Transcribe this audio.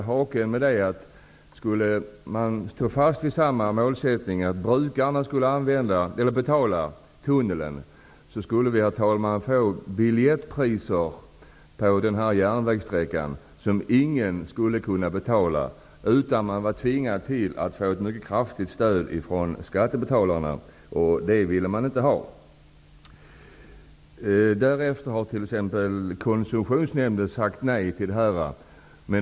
Haken med detta är att om man står fast vid målsättningen att brukarna skall betala tunneln, skulle man få så höga biljettpriser på denna järnvägssträcka att ingen skulle vilja betala. Man skulle vara tvingad att ge ett mycket kraftigt stöd från skattebetalarna. Det ville man inte. Därefter har t.ex. Koncessionsnämnden sagt nej till det föreliggande förslaget.